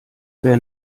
wer